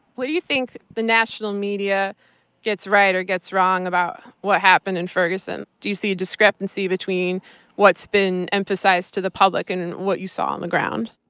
what do you think the national media gets right or gets wrong about what happened in ferguson? do you see discrepancy between what's been emphasized to the public and and what you saw on the ground?